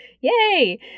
Yay